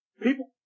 People